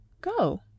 Go